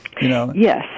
Yes